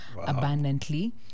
abundantly